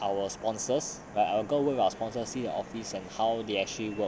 our sponsors like I go work with the sponsors at the office and how they actually work